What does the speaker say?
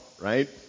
right